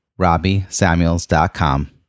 Robbiesamuels.com